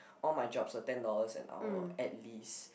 all my jobs were ten dollars an hour at least